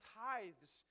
tithes